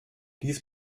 dies